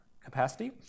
capacity